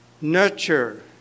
Nurture